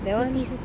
that [one]